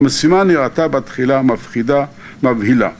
המשימה נראיתה בתחילה מפחידה, מבהילה.